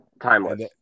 timeless